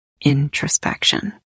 introspection